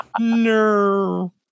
No